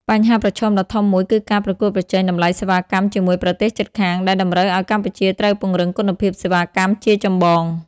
បញ្ហាប្រឈមដ៏ធំមួយគឺការប្រកួតប្រជែងតម្លៃសេវាកម្មជាមួយប្រទេសជិតខាង ដែលតម្រូវឱ្យកម្ពុជាត្រូវពង្រឹងគុណភាពសេវាកម្មជាចម្បង។